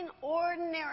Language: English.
ordinary